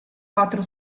quattro